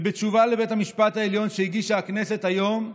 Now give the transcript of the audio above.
בתשובה לבית המשפט העליון בשבתו כבג"ץ שהגישה הכנסת היום,